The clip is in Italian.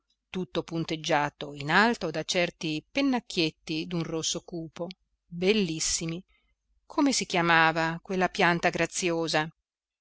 tutto punteggiato in alto da certi pennacchietti d'un rosso cupo bellissimi come si chiamava quella pianta graziosa